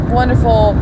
wonderful